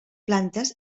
plantes